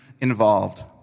involved